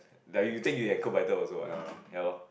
that you think you can cope better also what ya lor